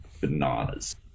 bananas